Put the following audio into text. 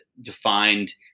defined